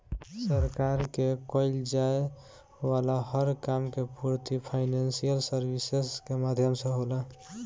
सरकार के कईल जाये वाला हर काम के पूर्ति फाइनेंशियल सर्विसेज के माध्यम से होला